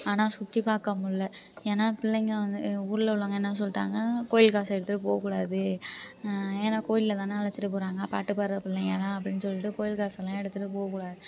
ஆனால் சுற்றி பார்க்க முடியல ஏன்னா பிள்ளைங்க வந்து ஊரில் உள்ளவங்க என்னா சொல்லிட்டாங்க கோவில் காசை எடுத்துட்டு போககூடாது ஏன்னா கோவில்ல தான் அழைச்சிட்டு போகிறாங்க பாட்டு பாடுற பிள்ளைங்கெல்லாம் அப்படின்னு சொல்லிட்டு கோவில் காசெல்லாம் எடுத்துட்டு போககூடாது